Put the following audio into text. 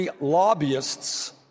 lobbyists